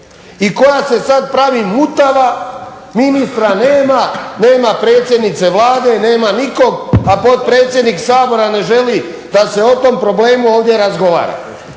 i koja se sad pravi mutava, ministra nema, nema predsjednice Vlade, nema nikog, a potpredsjednik Sabora ne želi da se o tom problemu ovdje razgovara.